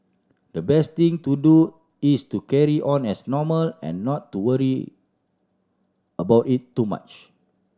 the best thing to do is to carry on as normal and not to worry about it too much